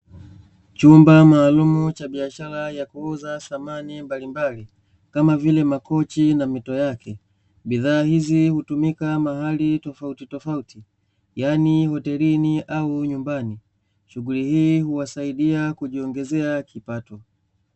Chumba maalumu cha biashara ya kuuza samani mbalimbali, kama vile makochi na mito yake. Bidhaa hizi hutumika mahali tofauti tofauti yani hotelini au nyumbani shughuri hii huwasaidia kujiongezea kipato